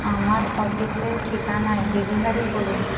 আমার অফিসের ঠিকানায় ডেলিভারি করুন